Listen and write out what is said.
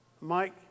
Mike